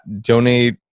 donate